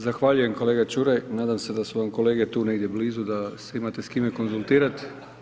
Zahvaljujem kolega Čuraj, nadam se da su vam kolege tu negdje blizu da se imate s kime konzultirat.